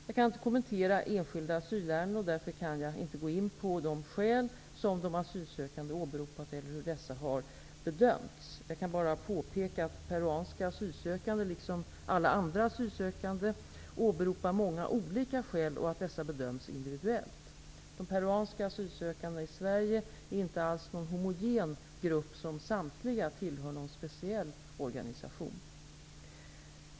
Jag kan inte kommentera enskilda asylärenden och därför kan jag inte gå in på de skäl som de asylsökande åberopat eller hur dessa bedömts. Jag kan bara påpeka att peruanska asylsökande, liksom alla andra asylsökande, åberopar många olika skäl och att dessa bedöms individuellt. De peruanska asylsökandena i Sverige är inte alls någon homogen grupp av människor som samtliga tillhör någon speciell organisation.